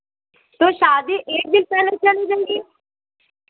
तो शादी एक दिन पहले चले जाईए